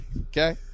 Okay